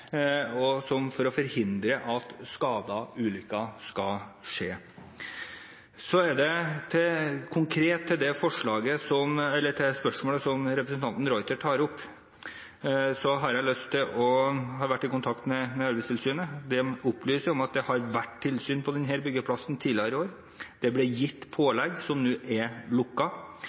for å forhindre at skader og ulykker skal skje. Så konkret til det spørsmålet som representanten de Ruiter tar opp. Jeg har vært i kontakt med Arbeidstilsynet. De opplyser om at det har vært tilsyn på denne byggeplassen tidligere i år. Det ble gitt